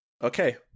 Okay